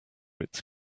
its